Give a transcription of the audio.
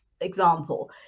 example